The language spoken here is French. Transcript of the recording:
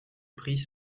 prix